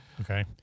Okay